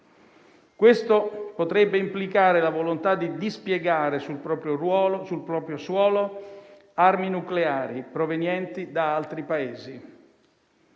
Questo potrebbe implicare la volontà di dispiegare sul proprio suolo armi nucleari provenienti da altri Paesi.